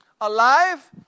alive